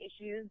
issues